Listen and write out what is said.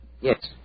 Yes